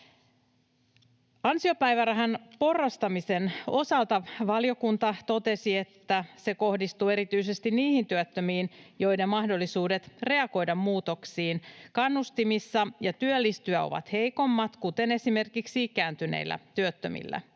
Ansiopäivärahan porrastamisen osalta valiokunta totesi, että se kohdistuu erityisesti niihin työttömiin, joiden mahdollisuudet reagoida muutoksiin kannustimissa ja työllistyä ovat heikommat, kuten esimerkiksi ikääntyneillä työttömillä.